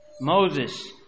Moses